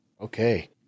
Okay